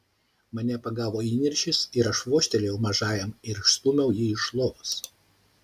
mane pagavo įniršis ir aš vožtelėjau mažajam ir išstūmiau jį iš lovos